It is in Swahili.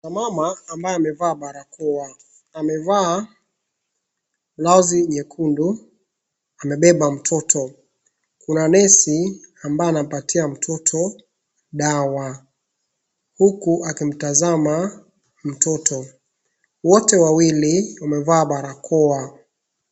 Kuna mama ambaye amevaa barakoa amevaa vazi nyekundu, amebeba mtoto. Kuna nesi ambaye anampatia mtoto dawa huku akimtazama mtoto. Wote wawili wamevaa barakoa.